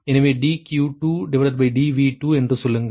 எனவே dQ2dV2 என்று சொல்லுங்கள்